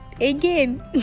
again